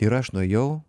ir aš nuėjau